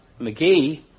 McGee